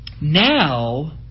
now